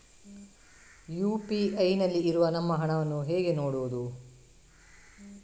UPI ನಲ್ಲಿ ಇರುವ ನಮ್ಮ ಹಣವನ್ನು ಹೇಗೆ ನೋಡುವುದು?